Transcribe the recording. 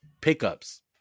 pickups